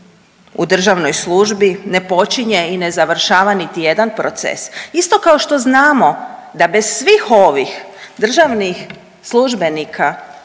u državnoj službi ne počinje i ne završava niti jedan proces. Isto kao što znamo da bez svih ovih državnih službenika